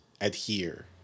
adhere